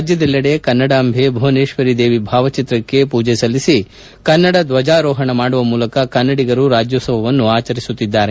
ರಾಜ್ಯದೆಲ್ಲೆಡೆ ಕನ್ನಡಾಂಬೆ ಭುವನೇಶ್ವರಿ ದೇವಿ ಭಾವಚಿತ್ರಕ್ಕೆ ಪೂಜೆ ಸಲ್ಲಿಸಿ ಕನ್ನಡ ದ್ವಜಾರೋಹಣ ಮಾಡುವ ಮೂಲಕ ಕನ್ನಡಿಗರು ರಾಜ್ಯೋತ್ಸವವನ್ನು ಆಚರಿಸುತ್ತಿದ್ದಾರೆ